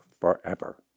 forever